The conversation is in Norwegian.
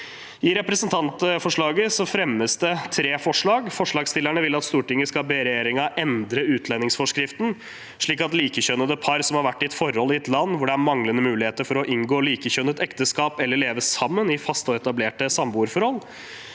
I representantforslaget fremmes det tre forslag. Forslagsstillerne vil at Stortinget skal be regjeringen endre utlendingsforskriften, slik at likekjønnede par som har vært i et forhold i et land hvor det er manglende mulig heter for å inngå likekjønnet ekteskap eller leve sammen i faste og etablerte samboerforhold,